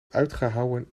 uitgehouwen